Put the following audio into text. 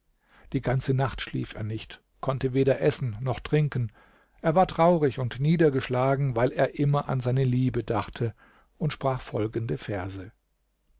die ganze nacht schlief er nicht konnte weder essen noch trinken er war traurig und niedergeschlagen weil er immer an seine liebe dachte und sprach folgende verse